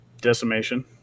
decimation